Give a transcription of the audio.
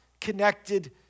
connected